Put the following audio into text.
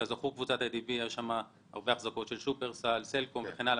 שכזכור יש בה החזקות של שופרסל, סלקום וכן הלאה.